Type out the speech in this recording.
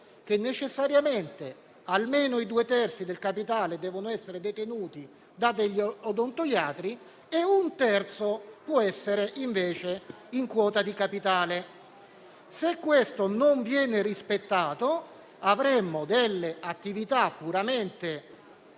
che necessariamente almeno i due terzi del capitale devono essere detenuti da odontoiatri e un terzo può essere invece in quota di capitale. Se questo non viene rispettato, avremmo delle attività puramente